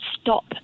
stop